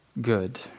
good